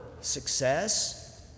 success